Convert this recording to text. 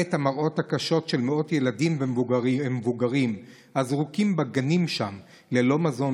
כעת המראות הקשים של מאות ילדים ומבוגרים הזרוקים בגנים שם ללא מזון,